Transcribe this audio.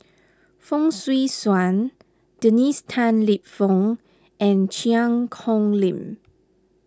Fong Swee Suan Dennis Tan Lip Fong and Cheang Kong Lim